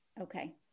okay